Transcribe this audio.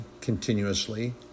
continuously